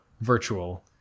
virtual